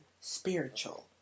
spiritual